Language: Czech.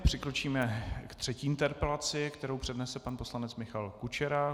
Přikročíme k třetí interpelaci, kterou přednese pan poslanec Michal Kučera.